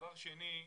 דבר שני.